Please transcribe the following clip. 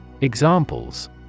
Examples